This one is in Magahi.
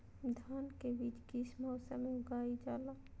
धान के बीज किस मौसम में उगाईल जाला?